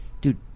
dude